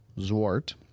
Zwart